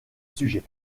sujet